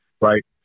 Right